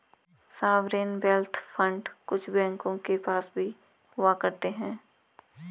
sovereign wealth fund कुछ बैंकों के पास भी हुआ करते हैं